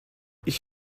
ich